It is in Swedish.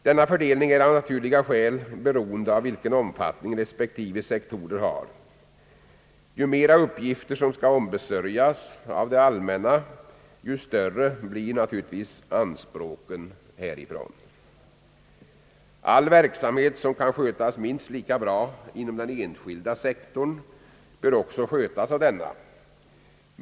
Denna fördelning är av naturliga skäl beroende av vilken omfattning respektive sektorer har. Ju flera uppgifter som skall ombesörjas av det allmänna, ju större blir naturligtvis anspråken härifrån. All verksamhet som kan skötas minst lika bra inom den enskilda sektorn bör även skötas av denna.